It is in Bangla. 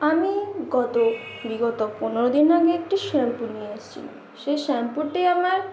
আমি গত বিগত পনেরো দিন আগে একটি শ্যাম্পু নিয়ে এসছিলাম সে শ্যাম্পুটি আমার